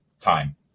time